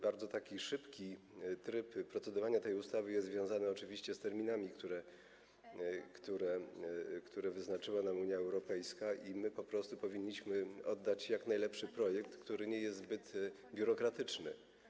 Bardzo szybki tryb procedowania tej ustawy jest związany oczywiście z terminami, które wyznaczyła nam Unia Europejska, i my po prostu powinniśmy oddać jak najlepszy projekt, który nie jest zbyt biurokratyczny.